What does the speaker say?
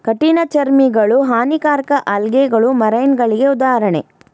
ಕಠಿಣ ಚರ್ಮಿಗಳು, ಹಾನಿಕಾರಕ ಆಲ್ಗೆಗಳು ಮರೈನಗಳಿಗೆ ಉದಾಹರಣೆ